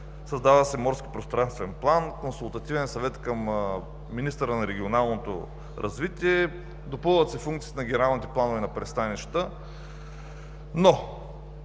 създава се морски пространствен план, Консултативен съвет към министъра на регионалното развитие, допълват се функциите на генералните планове на пристанищата.